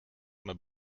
med